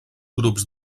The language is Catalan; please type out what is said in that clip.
grups